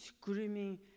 screaming